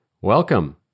Welcome